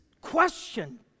question